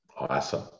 Awesome